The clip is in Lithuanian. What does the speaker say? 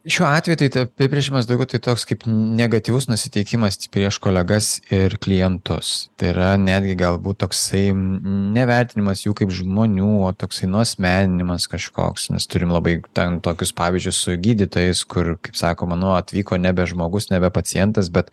šiuo atveju tai tai apibrėžimas daugiau tai toks kaip negatyvus nusiteikimas prieš kolegas ir klientus tai yra netgi galbūt toksai nevertinimas jų kaip žmonių toksai nuasmeninimas kažkoks mes turime labai ten tokius pavyzdžius su gydytojais kur kaip sakoma nu atvyko nebe žmogus nebe pacientas bet